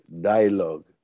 dialogue